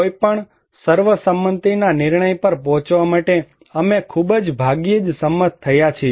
કોઈ પણ સર્વસંમતિના નિર્ણય પર પહોંચવા માટે અમે ખૂબ જ ભાગ્યે જ સંમત થયા છે